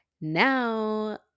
now